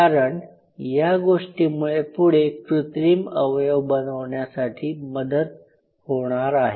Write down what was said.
कारण या गोष्टीमुळे पुढे कृत्रिम अवयव बनवण्यासाठी मदत होणार आहे